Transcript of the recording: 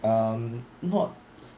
um not